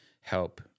help